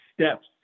steps